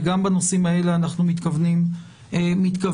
וגם בנושאים האלה אנחנו מתכוונים לעסוק.